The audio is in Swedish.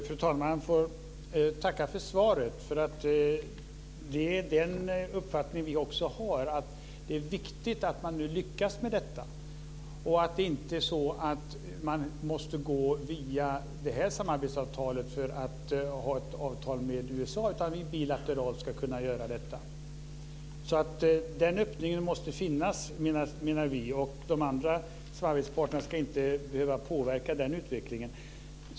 Fru talman! Jag får tacka för svaret. Det är den uppfattning som vi också har, att det är viktigt att man nu lyckas med detta och att man inte måste gå via det här samarbetsavtalet för att sluta ett avtal med USA, utan man ska kunna göra det bilateralt. Den öppningen måste finnas menar vi. De andra samarbetsparterna ska inte behöva påverka den utvecklingen.